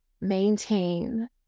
maintain